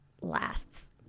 lasts